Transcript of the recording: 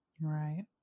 Right